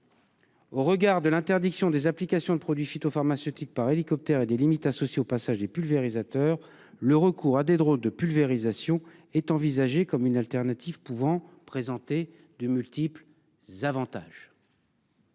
Au regard de l'interdiction des applications de produits phytopharmaceutiques par hélicoptère et des limites associées au passage des pulvérisateurs, le recours à des drones de pulvérisation est envisagé comme une alternative pouvant présenter de multiples avantages.